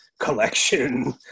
collection